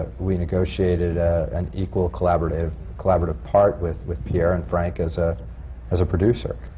we negotiated an equal collaborative collaborative part with with pierre and frank as ah as a producer.